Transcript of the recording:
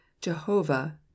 Jehovah